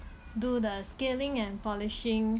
do the scaling and polishing